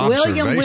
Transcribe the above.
William